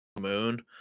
moon